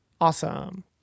Awesome